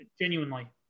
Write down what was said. genuinely